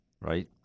Right